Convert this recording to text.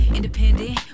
Independent